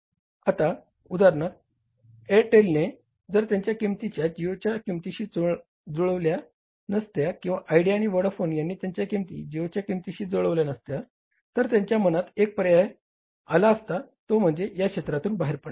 आता उदाहरणार्थ एअरटेलने जर त्यांच्या किंमती जिओच्या किंमतीशी जुळवल्या नसत्या किंवा आयडिया आणि व्होडाफोन यांनी त्यांच्या किंमती जिओच्या किंमतीशी जुळवल्या नसत्या तर त्यांच्या मनात एक पर्याय आला असता तो म्हणजे या क्षेत्रातून बाहेर पडणे